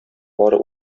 бары